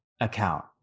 account